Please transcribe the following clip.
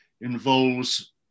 involves